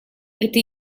это